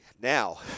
Now